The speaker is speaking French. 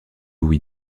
louis